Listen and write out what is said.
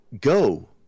go